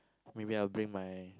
maybe I'll bring my